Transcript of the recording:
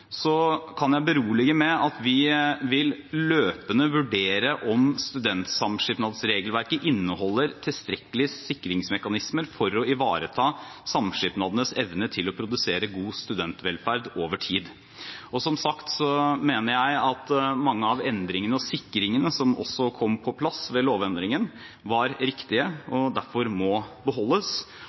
kan berolige med at vi vil løpende vurdere om studentsamskipnadsregelverket inneholder tilstrekkelige sikringsmekanismer for å ivareta samskipnadenes evne til å produsere god studentvelferd over tid. Som sagt mener jeg at mange av endringene og sikringene som også kom på plass ved lovendringen, var riktige og derfor må beholdes,